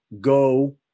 go